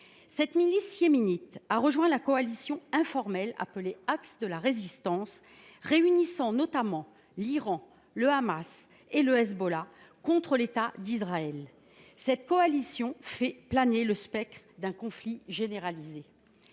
Cette milice yéménite a rejoint la coalition informelle appelée Axe de la résistance, qui réunit notamment l’Iran, le Hamas et le Hezbollah contre l’État d’Israël. Cette coalition fait planer le spectre d’un conflit généralisé.